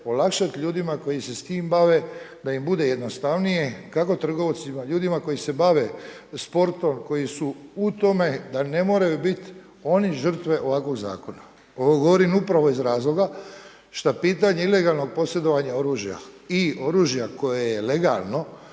olakšat ljudima koji se s tim bave da im bude jednostavnije kako trgovcima, ljudima koji se bave sportom, koji su u tome da ne moraju bit oni žrtve ovakvog zakona. Ovo govorim upravo iz razloga šta pitanje ilegalnog posjedovanja oružja i oružja koje je legalno